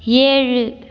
ஏழு